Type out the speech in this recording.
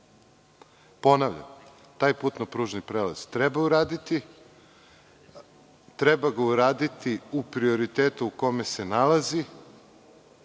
Vrčina. Ponavljam, taj putno-pružni prelaz treba uraditi. Treba ga uraditi u prioritetu u kome se nalazi.